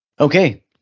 Okay